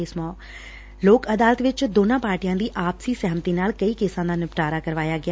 ਇਸ ਲੋਕ ਅਦਾਲਤ ਵਿੱਚ ਦੋਨਾਂ ਪਾਰਟੀਆਂ ਦੀ ਆਪਸੀ ਸਹਿਮਤੀ ਨਾਲ ਕਈ ਕੇਸਾਂ ਦਾ ਨਿਪਟਾਰਾ ਕਰਵਾਇਆ ਗਿਆ